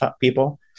people